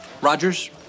Rogers